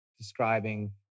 describing